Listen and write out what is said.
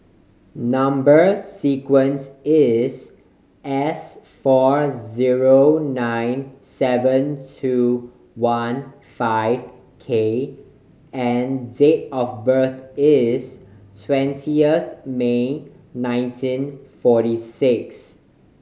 number sequence is S four zero nine seven two one five K and date of birth is twentieth May nineteen forty six